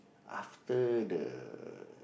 after the